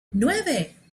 nueve